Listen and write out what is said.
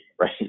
right